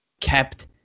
kept